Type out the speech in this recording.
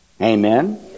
Amen